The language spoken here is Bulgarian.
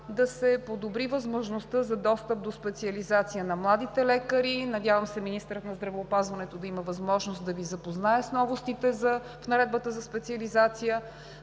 да се подобри възможността за достъп до специализация на младите лекари. Надявам се, министърът на здравеопазването да има възможност да Ви запознае с новостите в Наредбата за специализация.